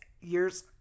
year's